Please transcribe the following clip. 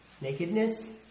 nakedness